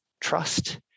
trust